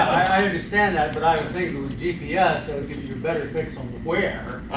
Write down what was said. i understand that, but i think with gps it'll give you a better fix um of where.